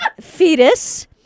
Fetus